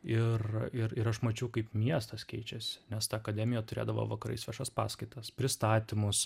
ir ir ir aš mačiau kaip miestas keičiasi nes ta akademija turėdavo vakarais viešas paskaitas pristatymus